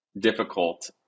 difficult